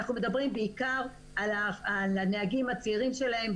אנחנו מדברים בעיקר על הנהגים הצעירים שלהם,